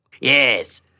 Yes